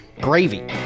gravy